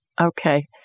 Okay